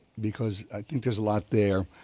because i think there's a lot there.